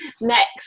next